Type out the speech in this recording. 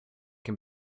can